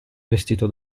vestito